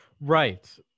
Right